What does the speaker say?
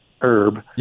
herb